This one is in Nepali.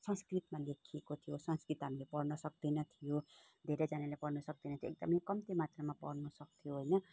संस्कृतमा लेखिएको थियो संस्कृत हामीले पढ्न सक्दैन थियो धेरैजनाले पढ्न सक्दैन थियो एकदमै कम्ती मात्रामा पढ्न सक्थ्यो होइन